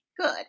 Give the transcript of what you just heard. good